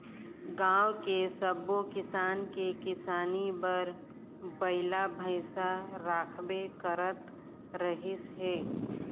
गाँव के सब्बो किसान के किसानी बर बइला भइसा राखबे करत रिहिस हे